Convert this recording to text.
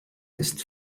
ist